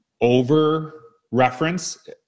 over-reference